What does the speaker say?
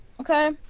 Okay